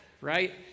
right